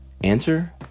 Answer